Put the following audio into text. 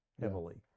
heavily